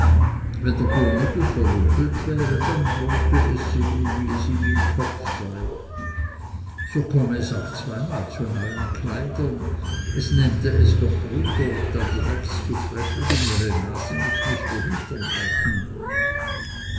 wenn der gurnigel verrumpelt hätte dann wollte es sehen wie es ihm im kopf sei so komme es auch zweimal zu neuen kleidern es nähmte es doch wunder ob dann die hex zu frevligen ihre nase nicht müßte hintern halten